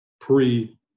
pre